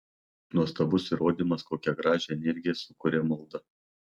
nuostabus įrodymas kokią gražią energiją sukuria malda